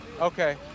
Okay